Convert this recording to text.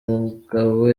mugabo